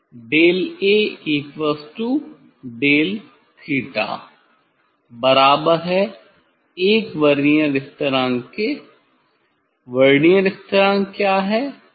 डेलAडेल theta बराबर है 1 vernier स्थिरांक के वर्नियर स्थिरांक क्या है